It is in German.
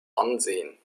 ansehen